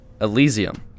Elysium